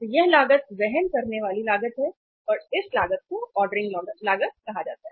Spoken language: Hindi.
तो यह लागत वहन करने वाली लागत है और इस लागत को ऑर्डरिंग लागत कहा जाता है